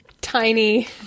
Tiny